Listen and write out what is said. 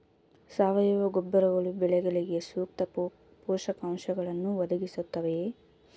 ಸಾವಯವ ಗೊಬ್ಬರಗಳು ಬೆಳೆಗಳಿಗೆ ಸೂಕ್ತ ಪೋಷಕಾಂಶಗಳನ್ನು ಒದಗಿಸುತ್ತವೆಯೇ?